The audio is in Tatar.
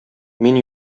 мин